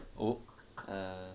oh err